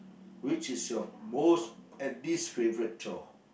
which is your most and least favourite chore